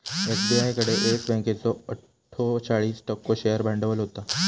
SBI कडे Yes बँकेचो अट्ठोचाळीस टक्को शेअर भांडवल होता